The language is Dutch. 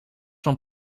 van